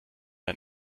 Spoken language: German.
ein